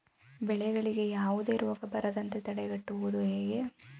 ಬೆಳೆಗಳಿಗೆ ಯಾವುದೇ ರೋಗ ಬರದಂತೆ ತಡೆಗಟ್ಟುವುದು ಹೇಗೆ?